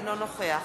אינו נוכח